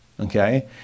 Okay